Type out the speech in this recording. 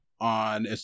on